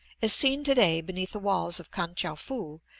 as seen today, beneath the walls of kan-tchou-foo,